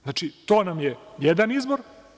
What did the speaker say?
Znači, to nam je jedan izbor.